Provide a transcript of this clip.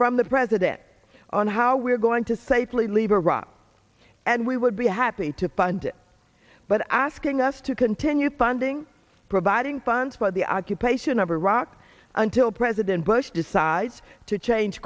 from the president on how we're going to safely leave iraq and we would be happy to fund it but asking us to continue funding providing funds for the occupation of iraq until president bush decides to change